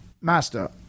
Master